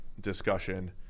discussion